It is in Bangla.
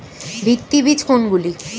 ভিত্তি বীজ কোনগুলি?